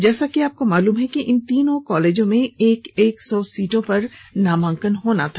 जैसा कि आपको मालूम है कि इन तीनों कॉलेजों में एक एक सौ सीट पर नामांकन होना था